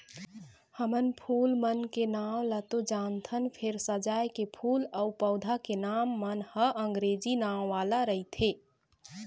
हमन फूल मन के नांव ल तो जानथन फेर सजाए के फूल अउ पउधा के नांव मन ह अंगरेजी नांव वाला रहिथे